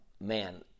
man